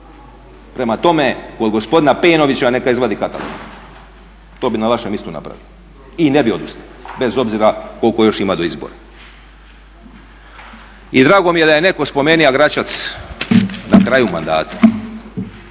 Prema tome, kod gospodina … neka izvadi katalog, to bi na vašem mjestu napravio i ne bi odustao, bez obzira koliko još ima do izbora. I drago mi je da je netko spomenuo Gračac na kraju mandata.